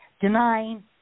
denying